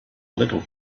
little